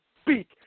speak